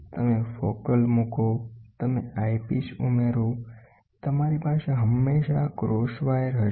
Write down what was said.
તમે focal મૂકો તમેઆઇપિસ ઉમેરો તમારી પાસે હંમેશાં આ ક્રોસ વાયર હશે